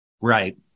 Right